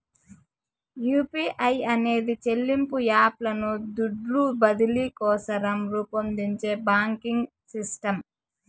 UPI అనేది చెల్లింపు app లను దుడ్లు బదిలీ కోసరం రూపొందించే బాంకింగ్ సిస్టమ్